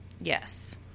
Yes